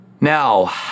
Now